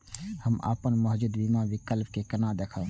हम अपन मौजूद बीमा विकल्प के केना देखब?